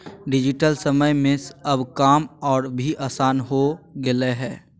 digital समय में अब काम और भी आसान हो गेलय हें